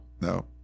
No